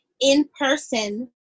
in-person